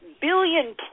billion